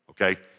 Okay